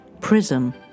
Prism